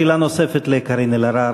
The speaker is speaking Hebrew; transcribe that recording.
שאלה נוספת לקארין אלהרר,